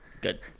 Good